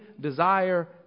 desire